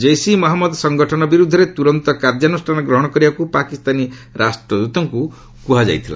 ଜେସି ମହମ୍ମଦ ସଂଗଠନ ବିରୁଦ୍ଧରେ ତୁରନ୍ତ କାର୍ଯ୍ୟାନୁଷ୍ଠାନ ଗ୍ରହଣ କରିବାକୁ ପାକିସ୍ତାନୀ ରାଷ୍ଟ୍ରଦୂତଙ୍କୁ କୁହାଯାଇଛି